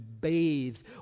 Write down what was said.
bathed